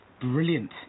brilliant